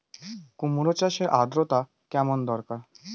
কুমড়ো চাষের আর্দ্রতা কেমন দরকার?